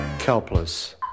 helpless